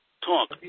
Talk